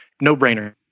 no-brainer